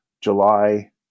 July